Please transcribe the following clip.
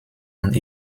und